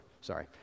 sorry